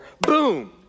boom